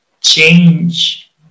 change